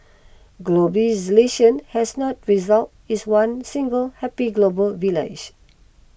has not resulted is one single happy global village